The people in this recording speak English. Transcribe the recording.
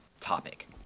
topic